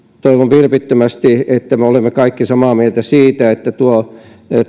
toivon vilpittömästi että me olemme kaikki samaa mieltä siitä että tuo